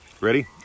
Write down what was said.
Ready